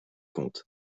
comte